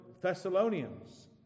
Thessalonians